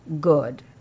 good